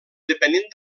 depenent